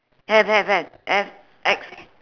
have have have have X